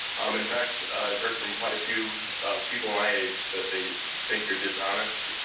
um in fact, i've heard from quite a few people my age that they think you're dishonest.